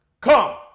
come